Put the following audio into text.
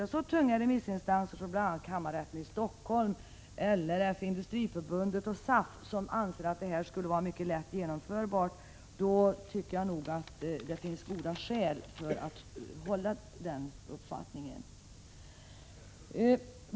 När så tunga remissinstanser som kammarrätten i Stockholm, LRF, Industriförbundet och SAF anser att det skulle vara lätt genomförbart, tycker jag att det finns goda skäl att tillstyrka den ordningen.